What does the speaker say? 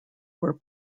were